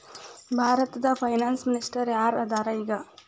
ಭಾರತದ finance minister ಯಾರ್ ಅದರ ಈಗ?